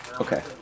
Okay